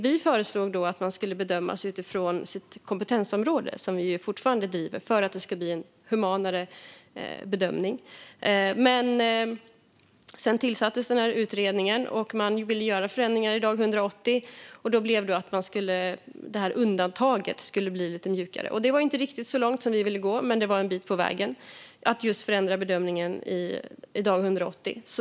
Vi föreslog då att man skulle bedömas utifrån sitt kompetensområde - det driver vi fortfarande - för att det skulle bli en humanare bedömning. Men sedan tillsattes utredningen, och man ville göra förändringar vid dag 180. Då skulle det här undantaget bli lite mjukare. Det var inte riktigt så långt som vi ville gå, men det var en bit på vägen, just när det gäller att förändra bedömningen vid dag 180.